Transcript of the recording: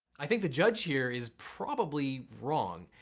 i think the judge here is probably wrong.